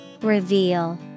Reveal